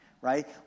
right